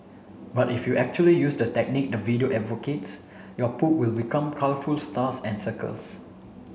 but if you actually use the technique the video advocates your poop will become colourful stars and circles